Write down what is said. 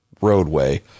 roadway